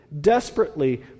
desperately